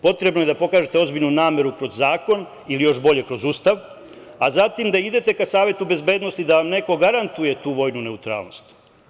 Potrebno je da pokažete ozbiljnu nameru kroz zakon ili, još bolje, kroz Ustav, a zatim da idete ka Savetu bezbednosti da vam neko garantuje tu vojnu neutralnost.